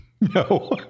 No